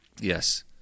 Yes